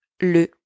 Le